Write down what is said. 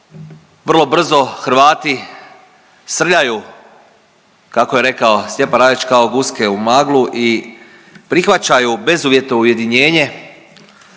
vrlo brzo Hrvati srljaju kako je rekao Stjepan Radić kao guske u maglu i prihvaćaju bezuvjetno ujedinjenje